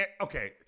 Okay